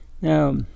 now